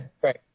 great